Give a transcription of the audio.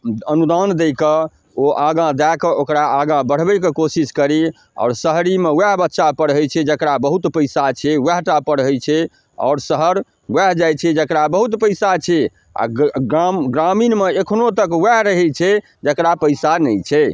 अनुदान दऽ कऽ ओ आगाँ दऽ कऽ ओकरा आगाँ बढ़बैके कोशिश करी आओर शहरीमे वएह बच्चा पढ़ै छै जकरा बहुत पइसा छै वएहटा पढ़ै छै आओर शहर वएह जाइ छै जकरा बहुत पइसा छै आओर गऽ गाम ग्रामीणमे एखनहु तक वएह रहै छै जकरा पइसा नहि छै